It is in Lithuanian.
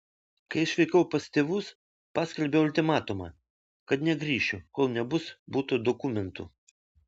kai išvykau pas tėvus paskelbiau ultimatumą kad negrįšiu kol nebus buto dokumentų